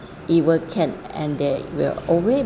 ever can and they will always